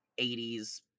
80s